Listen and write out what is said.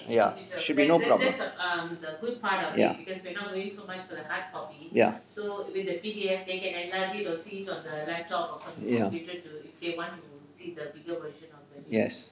ya should be no problem ya ya ya yes